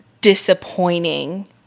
disappointing